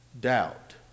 doubt